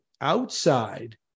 outside